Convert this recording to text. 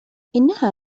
إنها